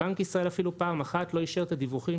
בנק ישראל אפילו פעם אחת לא אישר את הדיווחים